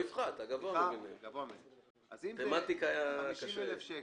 אם זה 50,000 שקל,